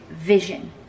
vision